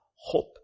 hope